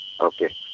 Okay